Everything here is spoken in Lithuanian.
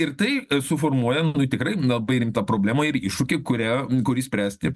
ir tai suformuoja tikrai labai rimtą problemą ir iššūkį kurią kurį spręsti